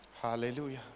Hallelujah